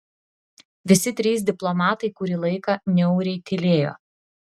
visi trys diplomatai kurį laiką niauriai tylėjo